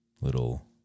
little